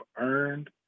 earned